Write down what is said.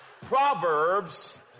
Proverbs